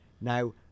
Now